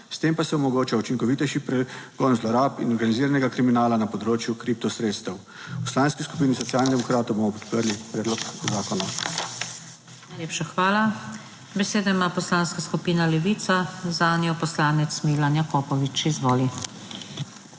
s tem pa se omogoča učinkovitejši pregon zlorab in organiziranega kriminala na področju kripto sredstev. V Poslanski skupini Socialnih demokratov bomo podprli predlog zakona.